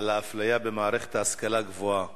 על האפליה במערכת ההשכלה הגבוהה.